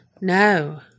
No